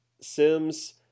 Sims